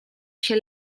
się